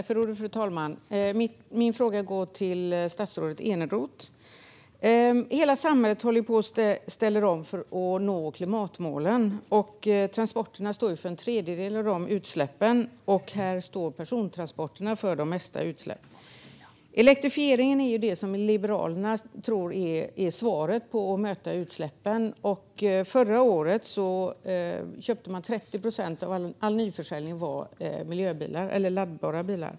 Fru talman! Min fråga går till statsrådet Eneroth. Hela samhället håller på och ställer om för att nå klimatmålen. Transporterna står för en tredjedel av utsläppen, och här står persontransporterna för det mesta. Elektrifiering är det som Liberalerna tror är svaret när det gäller att möta utsläppen. Förra året stod laddbara bilar för 30 procent av all nybilsförsäljning.